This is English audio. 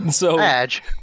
Badge